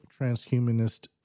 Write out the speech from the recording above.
transhumanist